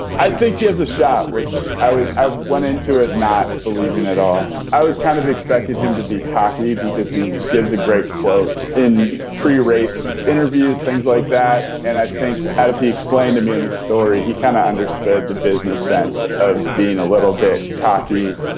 i think he has a shot, which i would. i went into it not believing at all. i was kind of expected him to be cocky because he gives a great quote in pre-race interviews. things like that. and i think as he explained to me in the story, he kind of understood the business sense of being a little bit cocky,